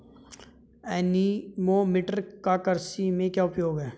Anemometer का कृषि में क्या उपयोग है?